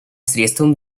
средством